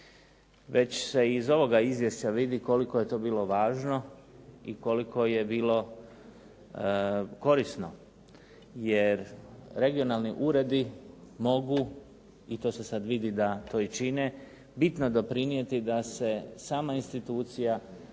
Već se iz ovoga izvješća vidi koliko je to bilo važno i koliko je bilo korisno jer regionalni uredi mogu i to se sad vidi da to i čine bitno doprinijeti da se sama institucija